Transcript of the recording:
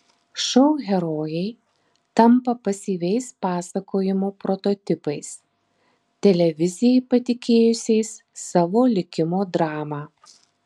šou herojai tampa pasyviais pasakojimo prototipais televizijai patikėjusiais savo likimo dramą